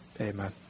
Amen